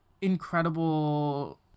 incredible